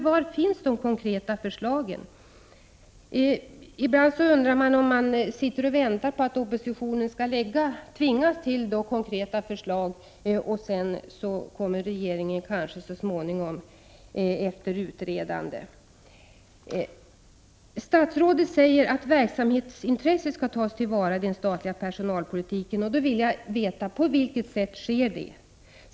Var finns de konkreta förslagen? Ibland undrar man om regeringen sitter och väntar på att oppositionen skall tvingas lägga fram konkreta förslag, som regeringen sedan kanske efter utredande kommer fram till. Statsrådet säger att verksamhetsintresset skall tas till vara i den statliga personalpolitiken. Då vill jag veta: På vilket sätt sker det?